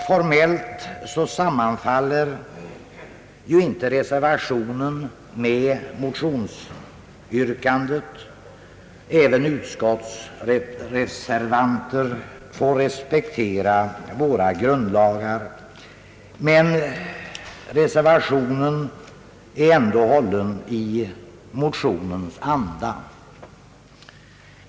Formellt sammanfaller reservationen inte med motionsyrkandet — även utskottsreservanter får respektera våra grundlagar — men reservationen är ändå hållen i motionens anda.